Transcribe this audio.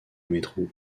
métro